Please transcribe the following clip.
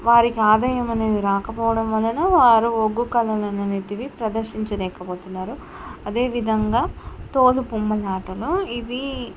వారికి ఆదాయం అనేది రాకపోవడం వలన వారు ఒగ్గు కళలు అనేటివి ప్రదర్శించలేకపోతున్నారు అదేవిధంగా తోలుబొమ్మలాటలో ఇవి